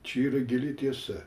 čia yra gili tiesa